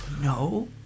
No